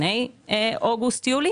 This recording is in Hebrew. לפני יולי-אוגוסט,